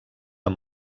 amb